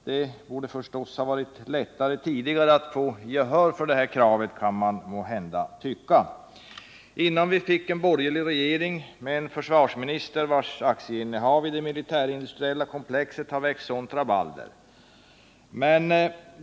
Man kan måhända tycka att det borde ha varit lättare att få gehör för det tidigare, innan vi fick en borgerlig regering med en försvarsminister, vars aktieinnehav i det militärindustriella komplexet har väckt sådant rabalder.